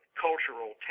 cultural